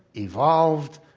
evolved,